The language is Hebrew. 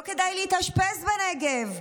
לא כדאי להתאשפז בנגב,